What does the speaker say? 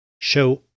show